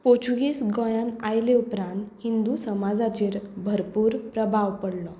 पुर्तुगीज गोंयांत आयले उपरांत हिंदू समाजाचेर भरपूर प्रभाव पडलो